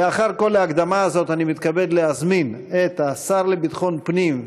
לאחר כל ההקדמה הזאת אני מתכבד להזמין את השר לביטחון פנים,